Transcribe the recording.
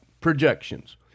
projections